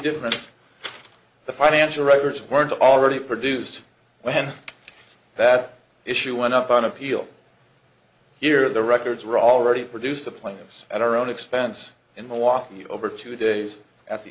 difference the financial records weren't already produced when that issue went up on appeal here the records were already produced the plaintiffs and our own expense in milwaukee over two days at the